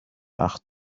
وقت